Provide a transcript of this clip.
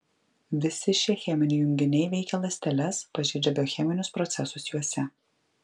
visi šie cheminiai junginiai veikia ląsteles pažeidžia biocheminius procesus juose